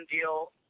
deal